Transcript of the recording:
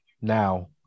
now